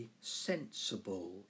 sensible